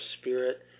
spirit